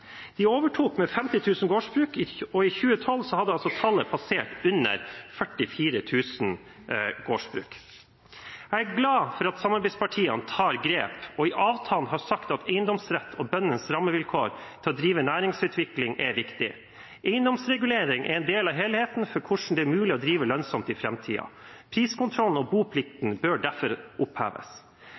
De overtok med 50 000 gårdsbruk, og i 2012 hadde tallet gått ned til under 44 000 gårdsbruk. Jeg er glad for at samarbeidspartiene tar grep og i avtalen har sagt at eiendomsretten og bøndenes rammevilkår til å drive næringsvirksomhet er viktig. Eiendomsregulering er en del av helheten for hvordan det er mulig å drive lønnsomt i framtiden. Priskontrollen og boplikten bør derfor oppheves.